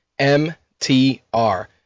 mtr